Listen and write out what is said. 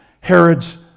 Herod's